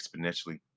exponentially